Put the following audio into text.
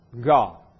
God